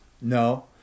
No